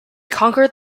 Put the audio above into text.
conquered